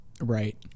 right